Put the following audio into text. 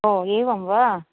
ओ एवं वा